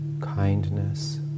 kindness